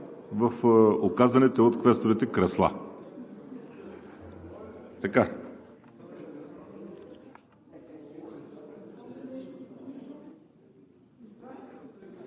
в указаните от квесторите кресла.